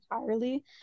entirely